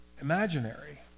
imaginary